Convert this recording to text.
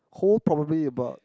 whole probably about